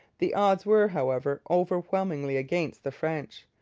the odds were, however, overwhelmingly against the french.